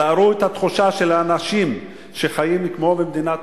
תארו את התחושה של האנשים שחיים כמו במדינת